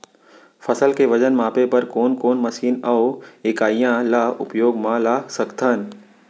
फसल के वजन मापे बर कोन कोन मशीन अऊ इकाइयां ला उपयोग मा ला सकथन?